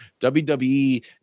WWE